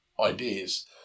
ideas